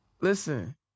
listen